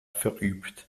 verübt